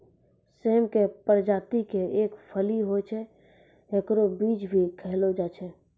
सेम के प्रजाति के एक फली होय छै, हेकरो बीज भी खैलो जाय छै